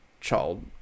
child